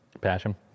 passion